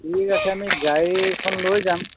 ঠিক আছে আমি গাড়ী এখন লৈ যাম